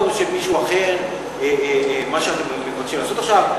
של מישהו אחר מה שאתם מבקשים לעשות עכשיו,